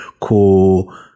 cool